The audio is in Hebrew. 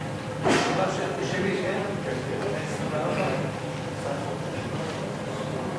מס' 39), התשע"א 2011,